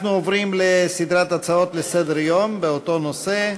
אנחנו עוברים לסדרת הצעות לסדר-היום בנושא: